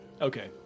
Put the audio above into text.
Okay